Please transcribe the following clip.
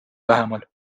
lähemal